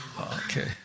Okay